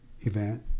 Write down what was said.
event